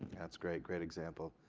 that's great, great example,